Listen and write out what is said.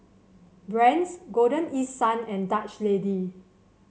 Brand's Golden East Sun and Dutch Lady